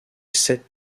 sept